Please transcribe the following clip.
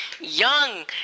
young